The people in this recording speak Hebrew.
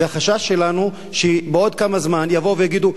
והחשש שלנו שבעוד כמה זמן יבוא ויגידו: